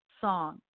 song